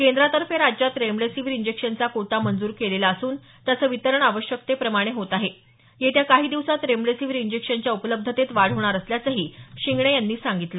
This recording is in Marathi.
केंद्रातर्फे राज्यात रेमडेसिवीर इंजेक्शनचा कोटा मंजूर केलेला असून त्याचं वितरण आवश्यकतेप्रमाणे होत आहे येत्या काही दिवसात रेमडेसिवीर इंजेक्शनच्या उपलब्धतेत वाढ होणार असल्याचही शिंगणे यांनी सांगितलं